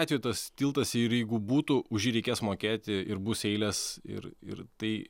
atveju tas tiltas ir jeigu būtų už jį reikės mokėti ir bus eilės ir ir tai